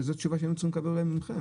וזאת תשובה שהיינו צריכים לקבל אולי מכם.